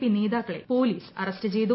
P നേതാക്കളെ police arrest ചെയ്തു